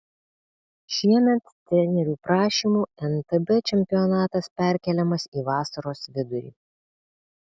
šiemet trenerių prašymų mtb čempionatas perkeliamas į vasaros vidurį